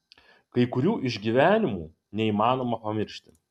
kai kurių išgyvenimų neįmanoma pamiršti